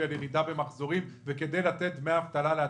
על ירידה במחזורים וכדי לתת דמי אבטלה לעצמאים.